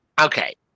okay